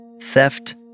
theft